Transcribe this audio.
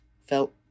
felt